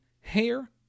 hair